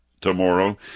tomorrow